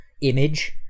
image